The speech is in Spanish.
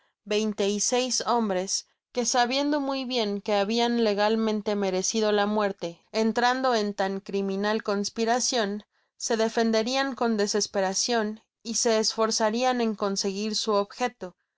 veinte y seis hombres que sabiendo muy bien que habian legalmente merecido la muerte entrando en tan criminal conspiracion se defenderian con desesperacion y se esforzarian en conseguir su objeto